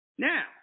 Now